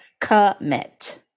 commit